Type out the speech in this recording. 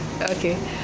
okay